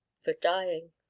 for dying.